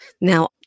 now